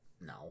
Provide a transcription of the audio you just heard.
No